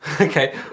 Okay